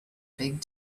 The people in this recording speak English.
big